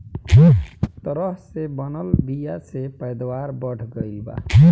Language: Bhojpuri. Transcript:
तरह से बनल बीया से पैदावार बढ़ गईल बा